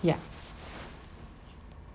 yeah